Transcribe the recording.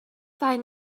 find